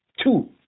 Two